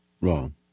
wrong